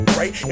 right